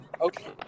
okay